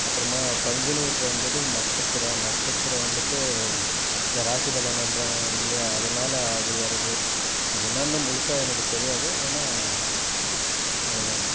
அப்புறமா பங்குனி உத்திரன்றது நட்சத்திரம் நட்சத்திரம் வந்துட்டு இந்த ராசி பலன்னென்கிற இல்லையா அதனால் அது வருது அது என்னென்னு முழுசா எனக்கு தெரியாது ஏன்னால் அவ்வளோ தாங்க